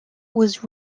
was